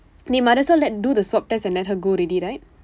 they might as well let do the swab test and let her go already right